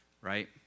Right